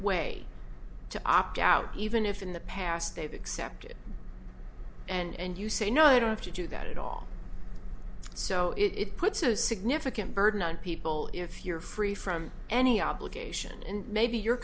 way to opt out even if in the past they've accepted and you say no you don't have to do that at all so it puts no significant burden on people if you're free from any obligation and maybe your